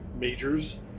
majors